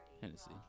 Hennessy